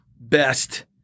best